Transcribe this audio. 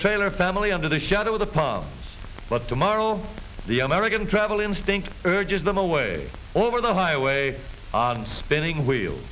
taylor family under the shadow of the palms but tomorrow the american travel instinct urges them away over the highway on spinning wheel